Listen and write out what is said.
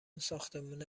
ساختمونه